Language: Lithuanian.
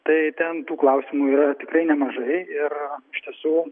tai ten tų klausimų yra tikrai nemažai ir iš tiesų